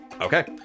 Okay